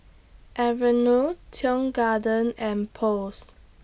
Aveeno Tong Garden and Post